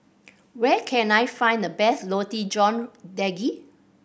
where can I find the best Roti John Daging